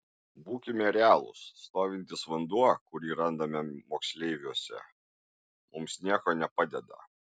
būkime realūs stovintis vanduo kurį randame moksleiviuose mums nieko nepadeda